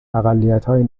اقلیتهای